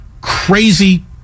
crazy